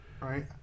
right